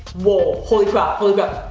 whoa. holy crap,